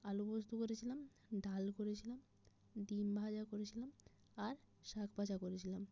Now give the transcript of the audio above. আলুপোস্ত করেছিলাম ডাল করেছিলাম ডিম ভাজা করেছিলাম আর শাক ভাজা করেছিলাম